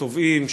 תובעים,